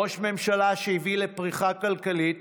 ראש ממשלה שהביא לפריחה כלכלית